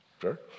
Sure